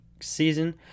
season